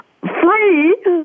free